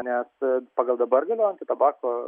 nes pagal dabar galiojanti tabako